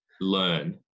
learn